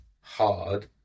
hard